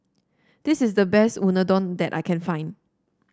this is the best Unadon that I can find